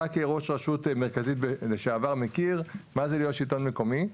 אתה כראש רשות מרכזית לשעבר מכיר מה זה להיות שלטון מקומי,